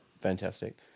Fantastic